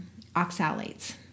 oxalates